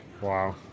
Wow